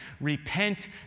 Repent